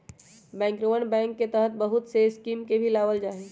बैंकरवन बैंक के तहत बहुत से स्कीम के भी लावल जाहई